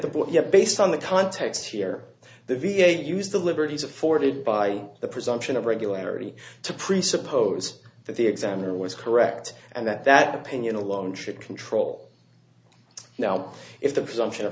book yet based on the context here the v a used the liberties afforded by the presumption of regularity to presuppose that the examiner was correct and that that opinion alone should control now if the presumption of